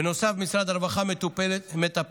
בנוסף, משרד הרווחה מטפל